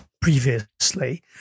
previously